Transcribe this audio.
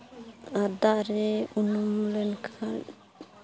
ᱟᱨ ᱫᱟᱜ ᱨᱮ ᱩᱱᱩᱢ ᱞᱮᱱᱠᱷᱟᱱ